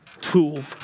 tool